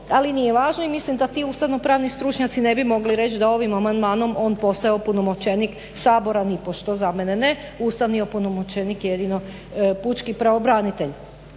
Ali nije važno i mislim da ti ustavnopravni stručnjaci ne bi mogli reći da ovim amandmanom on postaje opunomoćenik Sabora, nipošto za mene ne, ustavni opunomoćenik jedino pučki pravobranitelj.